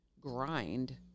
grind